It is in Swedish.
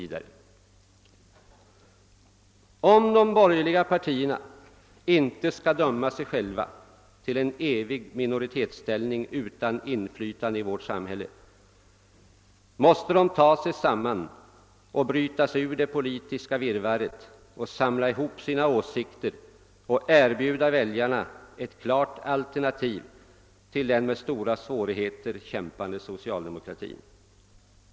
Om de borgerliga partierna inte skall döma sig själva till en evig minoritetsställning utan inflytande i vårt samhälle, måste de ta sig samman och bryta sig ur det politiska virrvarret, samla ihop sina åsikter och erbjuda väljarna ett klart alternativ till den med stora svårigheter kämpande socialdemokratin.